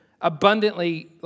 abundantly